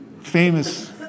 famous